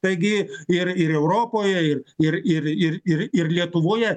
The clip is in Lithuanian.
taigi ir ir europoje ir ir ir ir ir ir lietuvoje